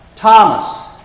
Thomas